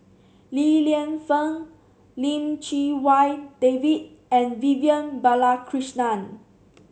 Li Lienfung Lim Chee Wai David and Vivian Balakrishnan